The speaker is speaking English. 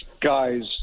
guys